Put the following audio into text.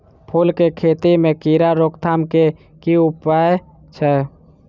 फूल केँ खेती मे कीड़ा रोकथाम केँ की उपाय छै?